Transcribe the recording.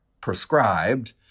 prescribed